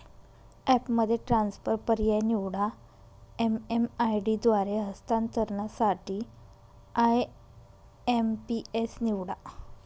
ॲपमध्ये ट्रान्सफर पर्याय निवडा, एम.एम.आय.डी द्वारे हस्तांतरणासाठी आय.एम.पी.एस निवडा